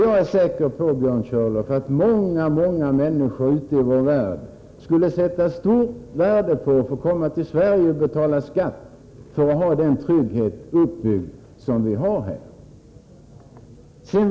Jag är säker på, Björn Körlof, att många människor i vår värld skulle sätta stort värde på att komma till Sverige och betala skatt för att ha den trygghet som vi här har byggt upp.